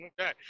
okay